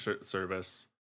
service